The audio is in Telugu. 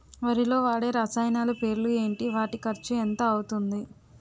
వరిలో వాడే రసాయనాలు పేర్లు ఏంటి? వాటి ఖర్చు ఎంత అవతుంది?